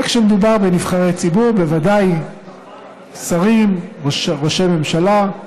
וכשמדובר בנבחרי ציבור, בוודאי שרים, ראשי ממשלה,